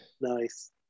nice